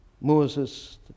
Moses